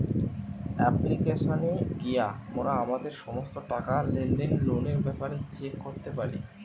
অ্যাপ্লিকেশানে গিয়া মোরা আমাদের সমস্ত টাকা, লেনদেন, লোনের ব্যাপারে চেক করতে পারি